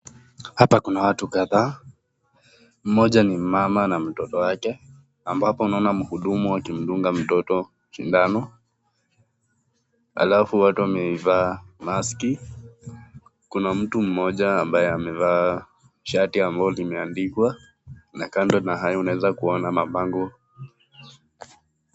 Hapa kuna watu kadhaa mmoja ni mmama na watoto wake ambapo mama mhudumu akimdunga mtoto sindano alafu watu wamevaa maski kuna mtu mmoja ambaye amevaa shati ambalo limeandikwa na kando na hayo unaweza kuona mabango.